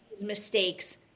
mistakes